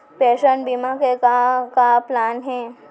Pension बीमा के का का प्लान हे?